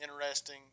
interesting